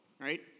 right